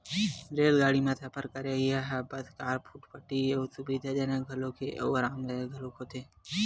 रेलगाड़ी म सफर करइ ह बस, कार, फटफटी ले सुबिधाजनक घलोक हे अउ अरामदायक घलोक होथे